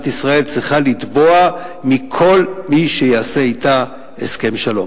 ישראל צריכה לתבוע מכל מי שיעשה אתה הסכם שלום.